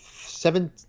seven